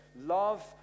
love